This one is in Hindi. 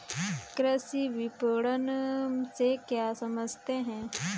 कृषि विपणन से क्या समझते हैं?